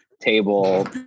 table